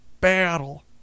battle